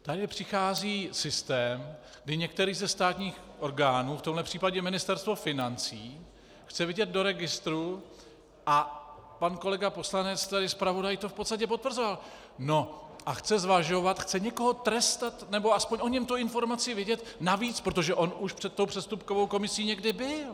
Tady přichází systém, kdy některý ze státních orgánů, v tomhle případě Ministerstvo financí, chce vidět do registrů a pan kolega poslanec tady, zpravodaj, to v podstatě potvrzoval a chce zvažovat, chce někoho trestat, nebo aspoň o něm tu informaci vědět navíc, protože on už před tou přestupkovou komisí někdy byl.